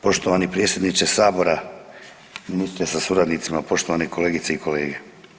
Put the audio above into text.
Poštovani predsjedniče sabora, ministre sa suradnicima, poštovane kolegice i kolege.